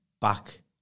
back